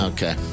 Okay